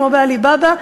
כמו בעלי בבא,